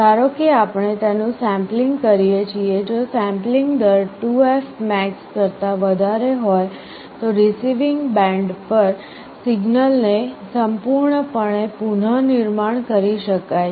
ધારો કે આપણે તેનું સેમ્પલિંગ કરીએ છે જો સેમ્પલિંગ દર 2fmax કરતા વધારે હોય તો રીસીવીંગ એન્ડ પર સિગ્નલ ને સંપૂર્ણપણે પુનઃનિર્માણ કરી શકાય છે